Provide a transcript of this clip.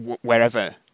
wherever